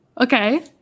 Okay